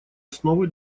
основы